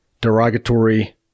derogatory